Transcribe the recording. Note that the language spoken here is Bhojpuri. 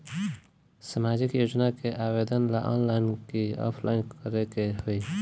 सामाजिक योजना के आवेदन ला ऑनलाइन कि ऑफलाइन करे के होई?